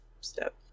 step